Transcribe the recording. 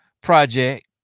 project